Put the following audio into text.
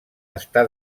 està